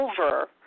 over